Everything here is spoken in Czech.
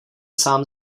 sám